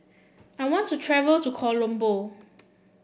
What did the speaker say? I want to travel to Colombo